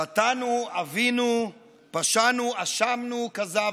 חטאנו, עווינו, פשענו, אשמנו, כזבנו,